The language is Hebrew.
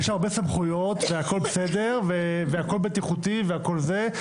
יש הרבה סמכויות והכול בסדר והכול בטיחותי והכול זה,